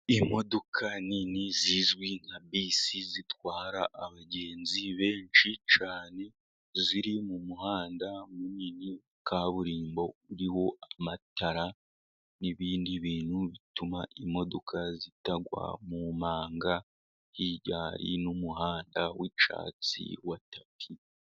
Imodoka nini zizwi nka bisi zitwara abagenzi benshi cyane, ziri mu muhanda munini kaburimbo, uriho amatara n'ibindi bintu bituma imodoka zitagwa mu manga. Hirya hariyo n'umuhanda w'icyatsi wa tapi.